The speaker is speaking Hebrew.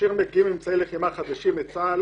שכאשר מגיעים אמצעי לחימה חדשים לצה"ל